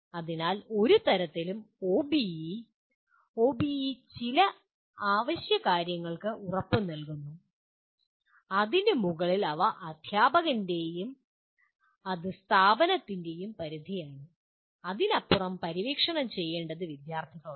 അതിനാൽ ഒരു തരത്തിലും OBE OBE ചില അവശ്യകാര്യങ്ങൾക്ക് ഉറപ്പുനൽകുന്നു അതിനു മുകളിൽ അവ അധ്യാപകൻ്റെയും അത് സ്ഥാപനത്തിൻ്റെയും പരിധിയാണ് അതിനപ്പുറം പര്യവേക്ഷണം ചെയ്യേണ്ടത് വിദ്യാർത്ഥികളാണ്